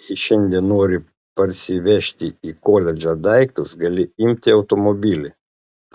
jei šiandien nori parsivežti į koledžą daiktus gali imti automobilį